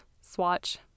swatch